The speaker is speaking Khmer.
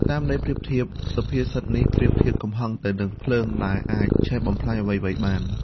តាមន័យប្រៀបធៀប សុភាសិតនេះប្រៀបធៀបកំហឹងទៅនឹងភ្លើងដែលអាចឆេះបំផ្លាញអ្វីៗបាន។